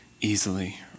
easily